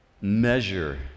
measure